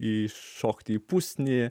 įšokti į pusnį